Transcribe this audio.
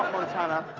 montana.